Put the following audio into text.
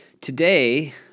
Today